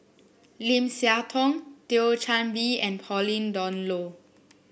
Lim Siah Tong Thio Chan Bee and Pauline Dawn Loh